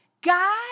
God